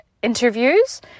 interviews